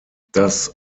das